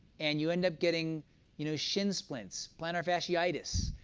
and you end up getting you know shin splints, plantar fasciitis,